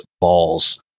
balls